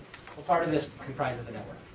what part of this comprises the network?